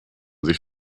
sich